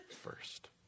first